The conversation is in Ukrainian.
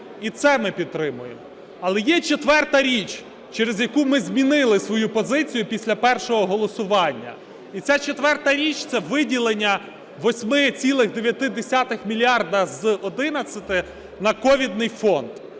і це ми підтримуємо. Але є четверта річ, через яку ми змінили свою позицію після першого голосування. І ця четверта річ - це виділення 8,9 мільярда з 11 на ковідний фонд.